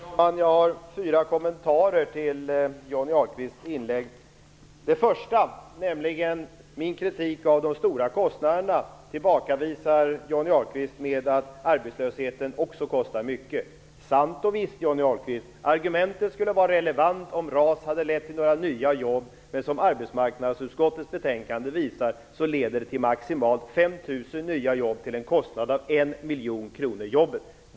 Herr talman! Jag har fyra kommentarer till Johnny Ahlqvists inlägg. Den första gäller min kritik av de stora kostnaderna. Den tillbakavisar Johnny Ahlqvist med att arbetslösheten också kostar mycket. Sant och visst, Johnny Ahlqvist. Argumentet skulle vara relevant om RAS hade lett till några nya jobb. Men som arbetsmarknadsutskottets betänkande visar leder det till maximalt 5 000 nya jobb till en kostnad av 1 miljon kronor jobbet.